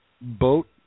boat